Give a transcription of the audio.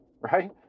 right